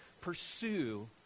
pursue